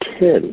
ten